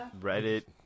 reddit